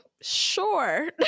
Sure